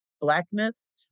Blackness